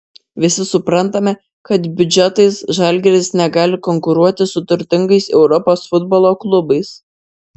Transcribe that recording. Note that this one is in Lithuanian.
visi suprantame kad biudžetais žalgiris negali konkuruoti su turtingais europos futbolo klubais